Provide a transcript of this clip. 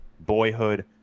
boyhood